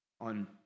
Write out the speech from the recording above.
on